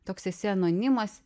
toks esi anonimas